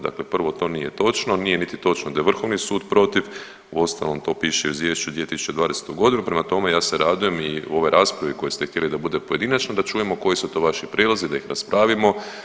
Dakle, prvo to nije točno, nije niti točno da je Vrhovni sud protiv, uostalom to piše i u izvješću 2020. godinu, prema tome ja se radujem i ovoj raspravi koju ste htjeli da bude pojedinačna da čujemo koji su to vaši prijedlozi, da ih raspravimo.